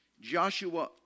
Joshua